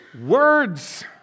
Words